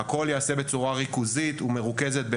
הכל ייעשה בצורה ריכוזית ומרוכזת,